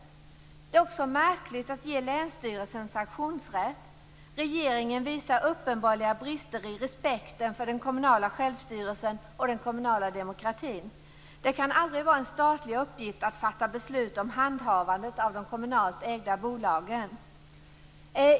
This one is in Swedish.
Det är också märkligt att ge länsstyrelserna sanktionsrätt. Regeringen visar uppenbara brister i respekten för den kommunala självstyrelsen och den kommunala demokratin. Det kan aldrig vara en statlig uppgift att fatta beslut om handhavandet av de kommunalt ägda bolagen.